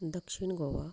दक्षीण गोवा